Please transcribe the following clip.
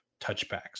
touchbacks